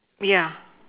yeah